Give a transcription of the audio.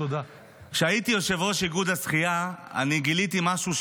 שכשהייתי יושב-ראש איגוד השחייה אני גיליתי משהו,